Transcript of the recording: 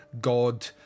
God